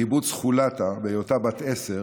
לקיבוץ חולתה בהיותה בת עשר